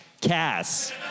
Cass